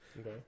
Okay